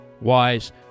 Wise